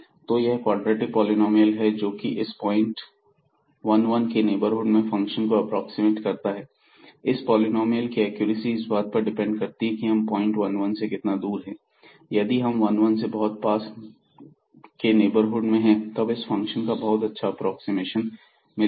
तो यह quadratic polynomial है जोकि इस पॉइंट व 1 1 के नेबरहुड में फंक्शन को एप्रोक्सीमेट करता है इस पॉलिनॉमियल की एक्यूरेसी इस बात पर डिपेंड करती है कि हम पॉइंट 1 1 से कितना दूर हैं यदि हम 1 1 के बहुत पास के नेबरहुड में हैं तब हमें इस फंक्शन का बहुत अच्छा एप्रोक्सीमेशन मिलेगा